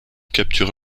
capturé